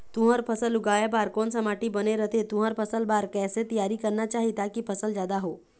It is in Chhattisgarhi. तुंहर फसल उगाए बार कोन सा माटी बने रथे तुंहर फसल बार कैसे तियारी करना चाही ताकि फसल जादा हो?